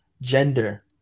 gender